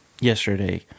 yesterday